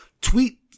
tweet